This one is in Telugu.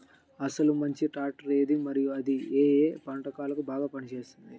అసలు మంచి ట్రాక్టర్ ఏది మరియు అది ఏ ఏ పంటలకు బాగా పని చేస్తుంది?